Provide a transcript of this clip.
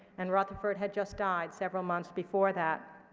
and rutherfurd had just died several months before that.